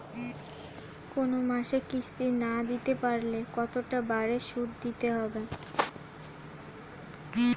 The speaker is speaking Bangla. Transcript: কোন মাসে কিস্তি না দিতে পারলে কতটা বাড়ে সুদ দিতে হবে?